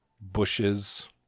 bushes